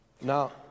Now